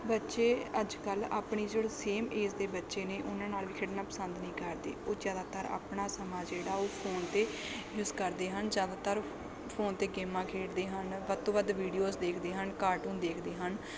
ਬੱਚੇ ਅੱਜ ਕੱਲ੍ਹ ਆਪਣੀ ਜਿਹੜੀ ਸੇਮ ਏਜ ਦੇ ਬੱਚੇ ਨੇ ਉਹਨਾਂ ਨਾਲ ਵੀ ਖੇਡਣਾ ਪਸੰਦ ਨਹੀਂ ਕਰਦੇ ਉਹ ਜ਼ਿਆਦਾਤਰ ਆਪਣਾ ਸਮਾਂ ਜਿਹੜਾ ਉਹ ਫੋਨ 'ਤੇ ਯੂਸ ਕਰਦੇ ਹਨ ਜ਼ਿਆਦਾਤਰ ਫੋਨ 'ਤੇ ਗੇਮਾਂ ਖੇਡਦੇ ਹਨ ਵੱਧ ਤੋਂ ਵੱਧ ਵੀਡੀਓਜ ਦੇਖਦੇ ਹਨ ਕਾਰਟੂਨ ਦੇਖਦੇ ਹਨ